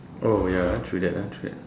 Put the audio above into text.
oh ya ah true that ah true that